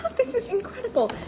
this is incredible.